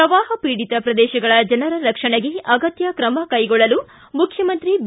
ಪ್ರವಾಹ ಪೀಡಿತ ಪ್ರದೇಶಗಳ ಜನರ ರಕ್ಷಣೆಗೆ ಅಗತ್ಯ ಕ್ರಮ ಕೈಗೊಳ್ಳಲು ಮುಖ್ಯಮಂತ್ರಿ ಬಿ